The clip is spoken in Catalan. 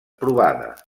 provada